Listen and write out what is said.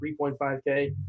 3.5K